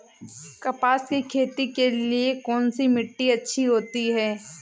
कपास की खेती के लिए कौन सी मिट्टी अच्छी होती है?